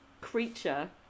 creature